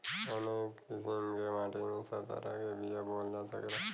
कवने किसीम के माटी में सब तरह के बिया बोवल जा सकेला?